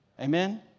Amen